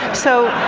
so,